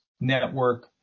network